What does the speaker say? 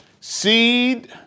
seed